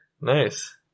nice